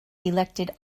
elected